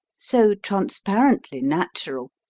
so transparently natural,